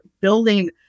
building